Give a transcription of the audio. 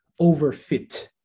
overfit